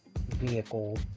vehicle